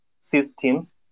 systems